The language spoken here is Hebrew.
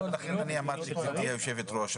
גברתי היושבת-ראש,